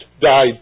died